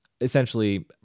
essentially